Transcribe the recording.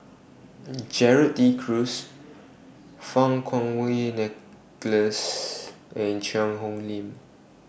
Gerald De Cruz Fang Kuo Wei Nicholas and Cheang Hong Lim